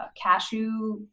cashew